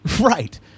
Right